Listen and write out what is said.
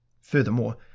Furthermore